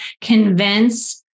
convince